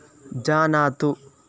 जानातु